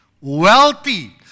wealthy